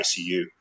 ICU